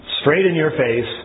straight-in-your-face